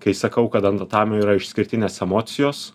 kai sakau kad ant tatamio yra išskirtinės emocijos